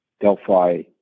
Delphi